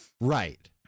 Right